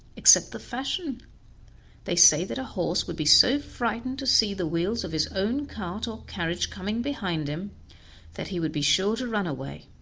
except the fashion they say that a horse would be so frightened to see the wheels of his own cart or carriage coming behind him that he would be sure to run away,